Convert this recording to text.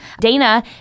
Dana